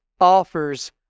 offers